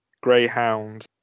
Greyhound